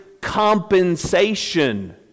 compensation